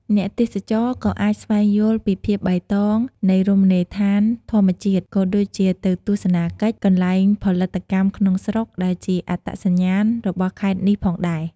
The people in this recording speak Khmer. អ្នកទេសចរណ៍ក៏អាចស្វែងយល់ពីភាពបៃតងនៃរមណីយដ្ឋានធម្មជាតិ ក៏ដូចជាទៅទស្សនាកិច្ចកន្លែងផលិតកម្មក្នុងស្រុកដែលជាអត្តសញ្ញាណរបស់ខេត្តនេះផងដែរ។